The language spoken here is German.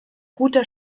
guter